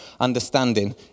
understanding